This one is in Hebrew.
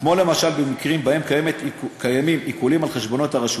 כמו למשל במקרים שבהם קיימים עיקולים על חשבונות הרשות.